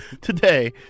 Today